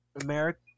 America